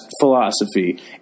philosophy